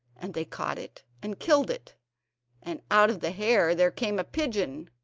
and they caught it and killed it and out of the hare there came a pigeon.